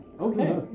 Okay